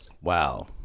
wow